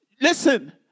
Listen